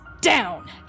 down